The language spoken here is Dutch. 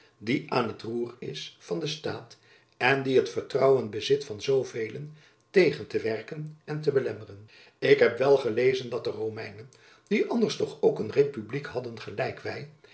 die aan het roer is van den staat en die het vertrouwen bezit van zoo velen tegen te werken en te belemmeren ik heb wel gelezen dat de romeinen die anders toch ook een republiek hadden gelijk